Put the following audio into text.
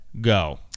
go